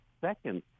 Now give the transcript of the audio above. second